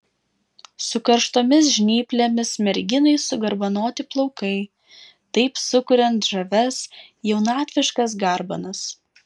su karštomis žnyplėmis merginai sugarbanoti plaukai taip sukuriant žavias jaunatviškas garbanas